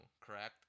correct